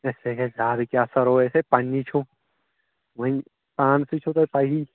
ہے سُہ گژھِ زیادٕ کیٛاہ سا رووُے أسۍ ہے پنٛنی چھِو وۄنۍ پانَسٕے چھو تۄہہِ پَیی